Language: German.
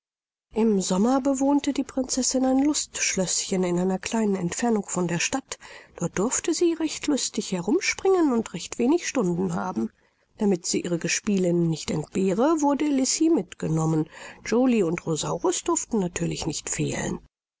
im sommer bewohnte die prinzessin ein lustschlößchen in einer kleinen entfernung von der stadt dort durfte sie recht lustig herumspringen und recht wenig stunden haben damit sie ihre gespielinnen nicht entbehre wurde lisi mitgenommen joly und rosaurus durften natürlich nicht fehlen